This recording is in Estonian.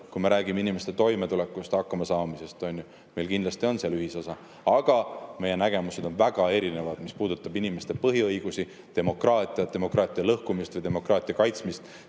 kui me räägime inimeste toimetulekust ja hakkamasaamisest. Meil kindlasti on seal ühisosa. Aga meie nägemused on väga erinevad, mis puudutab inimeste põhiõigusi, demokraatiat, demokraatia lõhkumist või demokraatia kaitsmist,